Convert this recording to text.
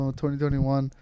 2021